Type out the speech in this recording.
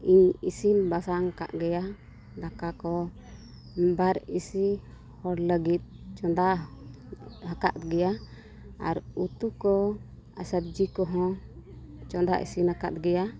ᱤᱥᱤᱱ ᱵᱟᱥᱟᱝ ᱠᱟᱜ ᱜᱮᱭᱟ ᱫᱟᱠᱟ ᱠᱚ ᱵᱟᱨ ᱤᱥᱤ ᱦᱚᱲ ᱞᱟᱹᱜᱤᱫ ᱪᱚᱸᱫᱟ ᱟᱠᱟᱫ ᱜᱮᱭᱟ ᱟᱨ ᱩᱛᱩ ᱠᱚ ᱥᱚᱵᱽᱡᱤ ᱠᱚ ᱪᱚᱱᱫᱟ ᱤᱥᱤᱱ ᱟᱠᱟᱫ ᱜᱮᱭᱟ